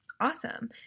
awesome